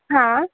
हां